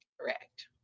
correct